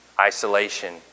isolation